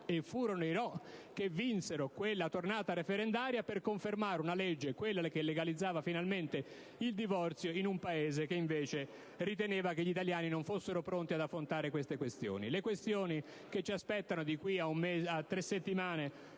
furono i «no» a vincere in quella tornata referendaria per confermare la legge che legalizzava il divorzio in un Paese in cui si riteneva che gli italiani non fossero ancora pronti ad affrontare quelle questioni). Le questioni che ci aspettano da qui a tre settimane